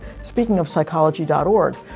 speakingofpsychology.org